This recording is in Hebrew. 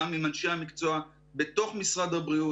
גם עם אנשי המקצוע ובתוך משרד הבריאות